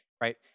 right